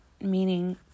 meaning